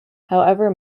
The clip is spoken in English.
however